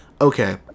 okay